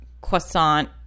croissant